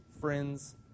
friends